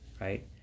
right